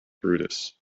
brutus